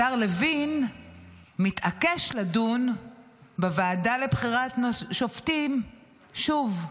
השר לוין מתעקש לדון בוועדה לבחירת שופטים שוב,